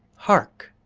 hark!